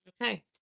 Okay